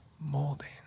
molding